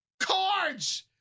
Cards